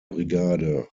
brigade